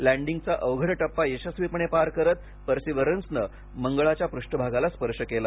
लँडिंगचा अवघड टप्पा यशस्वीपणे पार करत पर्सिवरंसनं मंगळाच्या पृष्ठभागाला स्पर्श केला